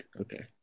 okay